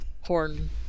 horn